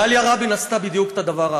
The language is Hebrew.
דליה רבין עשתה בדיוק את הדבר ההפוך: